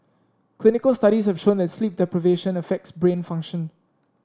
clinical studies have shown that sleep deprivation affects brain function